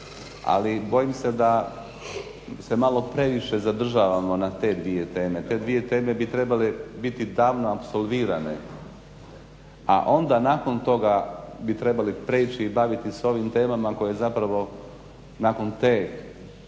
Ali bojim se da se malo previše zadržavamo na te dvije teme. Te dvije teme bi trebale biti davno apsolvirane a onda nakon toga bi trebali preći i baviti se ovim temama koje zapravo nakon te